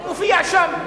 הוא מופיע שם,